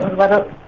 what ah